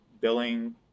billing